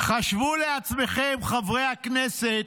--- חשבו לעצמכם, חברי הכנסת: